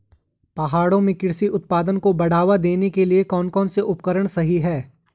पहाड़ों में कृषि उत्पादन को बढ़ावा देने के लिए कौन कौन से उपकरण सही हैं?